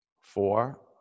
four